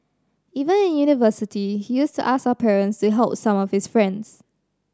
even in university he used to ask our parents to help some of his friends